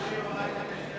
הודעת הממשלה